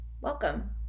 welcome